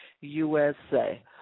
usa